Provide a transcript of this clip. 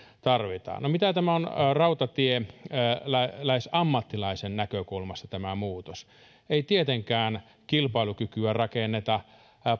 tarvitaan no mitä tämä muutos on rautatieläisammattilaisen näkökulmasta ei tietenkään kilpailukykyä rakenneta